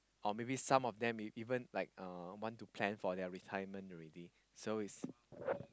or maybe some of them even like uh want to plan for their retirement already so is